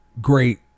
great